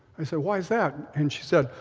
i said, why is that? and she said,